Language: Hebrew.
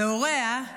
והוריה,